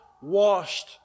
washed